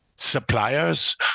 suppliers